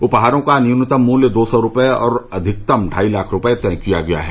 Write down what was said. उपहारों का न्यूनतम मूल्य दो सौ रूपये और अधिकतम ढाई लाख रूपये तय किया गया है